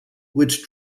which